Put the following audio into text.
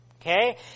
Okay